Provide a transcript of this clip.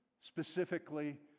specifically